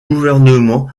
gouvernement